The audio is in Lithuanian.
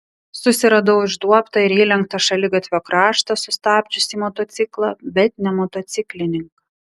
susiradau išduobtą ir įlenktą šaligatvio kraštą sustabdžiusį motociklą bet ne motociklininką